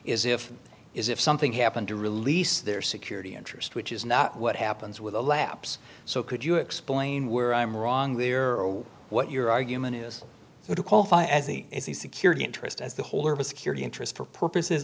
is if is if something happened to release their security interest which is not what happens with a lapse so could you explain where i'm wrong there or what your argument is would qualify as a security interest as the holder of a security interest for purposes